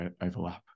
overlap